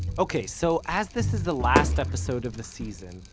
ok, so as this is the last episode of the season,